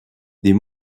des